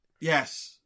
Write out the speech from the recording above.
yes